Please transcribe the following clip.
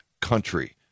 country